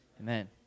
Amen